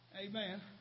Amen